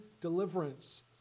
deliverance